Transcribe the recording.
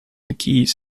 keys